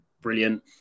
Brilliant